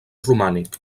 romànic